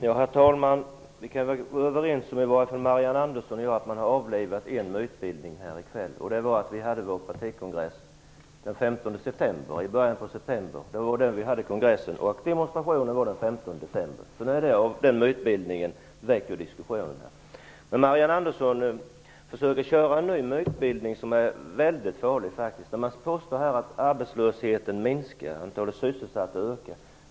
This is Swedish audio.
Herr talman! Marianne Andersson och jag kan i varje fall vara överens om att en mytbildning har avlivats här i kväll. Vi hade vår partikongress i september, och demonstrationen var den 15 december. Den mytbildningen är alltså nu borta ur diskussionen. Marianne Andersson försöker köra med en ny mytbildning, som är mycket farlig. Hon påstår att arbetslösheten minskar och att antalet sysselsatta ökar.